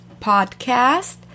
podcast